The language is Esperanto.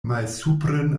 malsupren